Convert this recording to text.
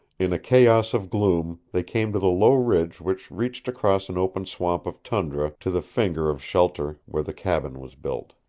in a chaos of gloom they came to the low ridge which reached across an open sweep of tundra to the finger of shelter where the cabin was built.